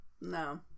No